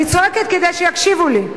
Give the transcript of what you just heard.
אני צועקת כדי שיקשיבו לי.